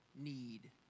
need